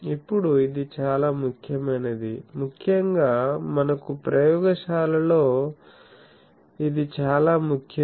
ఇప్పుడు ఇది చాలా ముఖ్యమైనది ముఖ్యంగా మనకు ప్రయోగశాలలలో ఇది చాలా ముఖ్యం